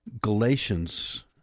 Galatians